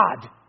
God